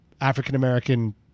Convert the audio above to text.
African-American